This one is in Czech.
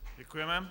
Děkujeme.